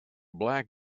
black